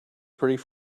pretty